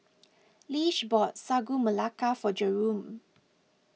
Lish bought Sagu Melaka for Jerome